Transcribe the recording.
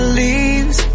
leaves